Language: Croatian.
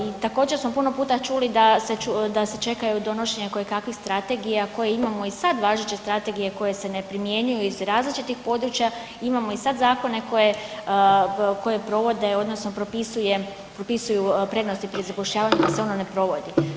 I također smo puno puta čuli da se čekaju donošenja kojekakvih strategija koje imamo i sad važeće strategije koje se ne primjenjuju iz različitih područja, imamo i sad zakone koje provode odnosno propisuju prednosti pri zapošljavanju da se ono ne provodi.